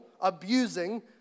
abusing